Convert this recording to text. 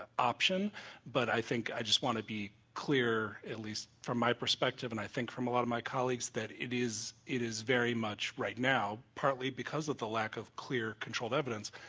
ah option but i think, i just want to be clear at least from my perspect iever and i think from a lot of my colleagues that it is it is very much right now partly because of the lack of clear controlled evidence,